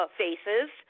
faces